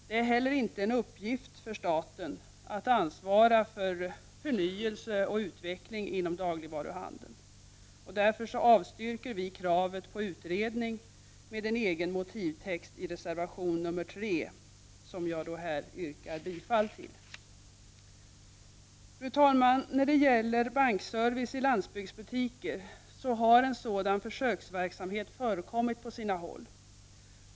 Det är heller inte en uppgift för staten att ansvara för förnyelse och utveckling inom dagligvaruhandeln. Därför avstyrker vi kravet på utredning med en egen motivtext i reservation nr 3, vilken jag yrkar bifall till. Fru talman! När det gäller bankservice i landsbygdsbutiker, så har en sådan försöksverksamhet förekommit på sina håll.